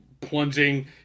plunging